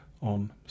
on